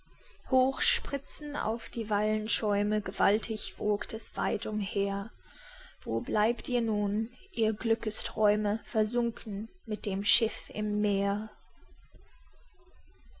hoch spritzen auf die wellenschäume gewaltig wogt es weit umher wo bliebt ihr nun ihr glückesträume versunken mit dem schiff im meer